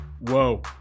Whoa